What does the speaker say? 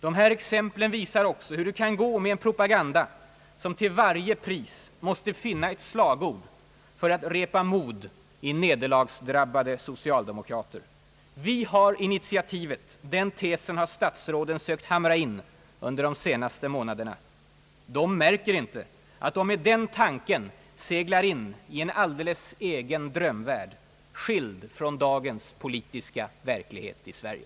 De här exemplen visar också hur det kan gå med en propaganda som till varje pris måste finna ett slagord för att få mod i nederlagsdrabbade socialdemokrater. Vi har initiativet — den tesen har statsråden sökt hamra in under de senaste månaderna. De märker inte att de med den tanken seglar in i en alldeles egen drömvärld, skild från dagens politiska verklighet i Sverige.